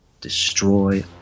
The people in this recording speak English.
Destroy